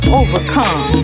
overcome